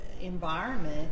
environment